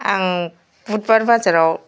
आं बुधबार बाजाराव